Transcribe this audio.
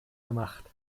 gemacht